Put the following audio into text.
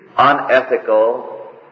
unethical